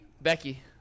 Becky